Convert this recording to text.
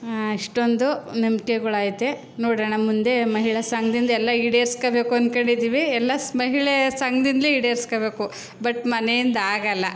ಅಷ್ಟೊಂದು ನಂಬಿಕೆಗಳೈತೆ ನೋಡೋಣ ಮುಂದೆ ಮಹಿಳಾ ಸಂಘದಿಂದ ಎಲ್ಲ ಈಡೇರ್ಸ್ಕೊಳ್ಬೇಕು ಅಂದ್ಕೊಡಿದ್ದೀವಿ ಎಲ್ಲ ಮಹಿಳೆಯರ ಸಂಘದಿಂದ್ಲೇ ಈಡೇರ್ಸ್ಕೊಳ್ಬೇಕು ಬಟ್ ಮನೆಯಿಂದಾಗೆಲ್ಲ